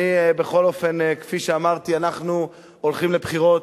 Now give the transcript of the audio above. בכל אופן, כפי שאמרתי, אנחנו הולכים לבחירות,